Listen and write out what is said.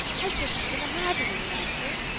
i couldn't even imagine any nicer.